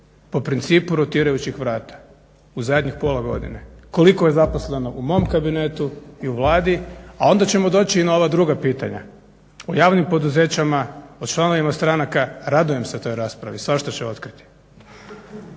po principu rotirajućih vrata u zadnjih pola godine, koliko je zaposleno u mom kabinetu i u Vladi, a onda ćemo doći i na ova druga pitanja, o javnim poduzećima o članovima stranaka. Radujem se toj raspravi, svašta će otkriti.